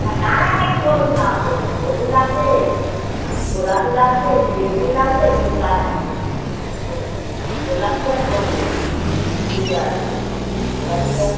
না কালারটা কী বলুন না অন্তত হলুদ লাগবে কি গোলাপি লাগবে কি বেগুনি লাগবে সেই কালার ও গোলাপি আর সবুজ ঠিক আছে গোলাপি আর